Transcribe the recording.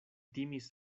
timis